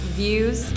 views